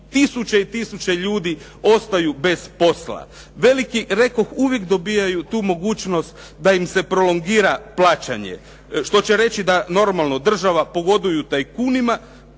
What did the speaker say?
tisuće i tisuće ljudi ostaju bez posla. Veliki rekoh uvijek dobivaju tu mogućnost da im se prolongira plaćanje što će reći da normalno država pogoduje tajkunima